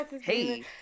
Hey